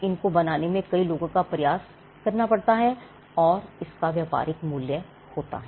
इनको बनाने में कई लोगों द्वारा प्रयास करना पड़ता है और इसका व्यापारिक मूल्य होता है